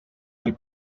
del